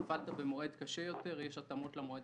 אם נפלת במועד קשה יותר יש התאמות למועד